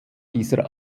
dieser